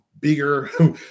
bigger